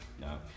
No